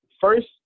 first